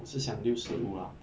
是想六十五 lah